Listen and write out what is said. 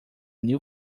new